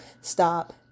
stop